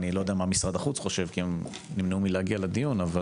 אני לא יודע מה משרד החוץ חושב כי הם נמנעו מלהגיע לדיון אבל